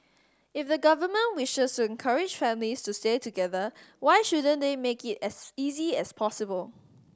if the government wishes to encourage families to stay together why shouldn't they make it as easy as possible